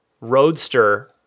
Roadster